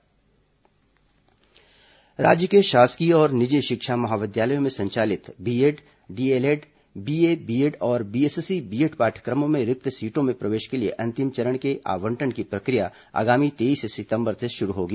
शिक्षा महाविद्यालय पाठ्यक्रम राज्य के शासकीय और निजी शिक्षा महाविद्यालयों में संचालित बीएड डीएलएड बीए बीएड और बीएससी बीएड पाढ़यक्रम में रिक्त सीटों में प्रवेश के लिए अंतिम चरण के आवंटन की प्रक्रिया आगामी तेईस सितंबर से शुरू होगी